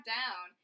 down